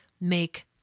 make